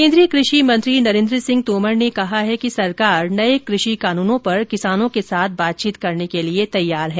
केन्द्रीय कृषि मंत्री नरेंद्र सिंह तोमर ने कहा है कि सरकार नए कृषि कानूनों पर किसानों के साथ बातचीत करने के लिए तैयार है